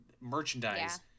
merchandise